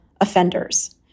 offenders